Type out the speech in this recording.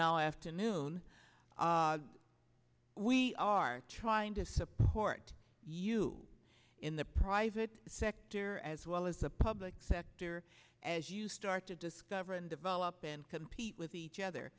now afternoon we are trying to support you in the private sector as well as the public sector as you start to discover and develop and compete with each other